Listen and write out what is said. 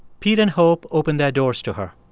pete and hope opened their doors to her.